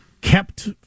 kept